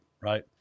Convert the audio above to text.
right